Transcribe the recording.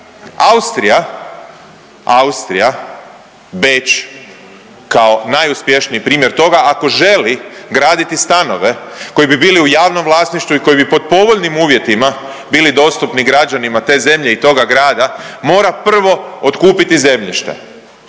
Austrija, Beč kao najuspješniji primjer toga, ako želi graditi stanove koji bi bili u javnom vlasništvu i koji bi pod povoljnim uvjetima bili dostupni građanima te zemlje i toga grada mora prvo otkupiti zemljište